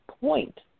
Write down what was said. point